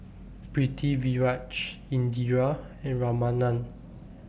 Pritiviraj Indira and Ramanand